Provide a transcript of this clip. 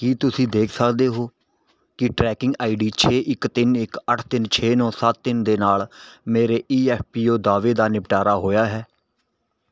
ਕੀ ਤੁਸੀਂ ਦੇਖ ਸਕਦੇ ਹੋ ਕਿ ਟਰੈਕਿੰਗ ਆਈ ਡੀ ਛੇ ਇੱਕ ਤਿੰਨ ਇੱਕ ਅੱਠ ਤਿੰਨ ਛੇ ਨੌ ਸੱਤ ਤਿੰਨ ਦੇ ਨਾਲ ਮੇਰੇ ਈ ਐਫ ਪੀ ਓ ਦਾਅਵੇ ਦਾ ਨਿਪਟਾਰਾ ਹੋਇਆ ਹੈ